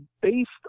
based